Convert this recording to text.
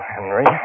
Henry